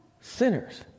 sinners